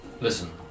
Listen